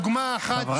אז למה לא ביטלתם?